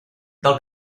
del